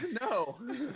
no